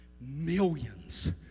Millions